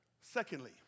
Secondly